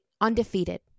undefeated